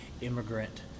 immigrant